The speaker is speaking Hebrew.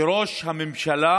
שראש הממשלה